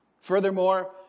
Furthermore